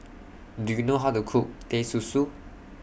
Do YOU know How to Cook Teh Susu